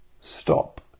stop